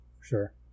Sure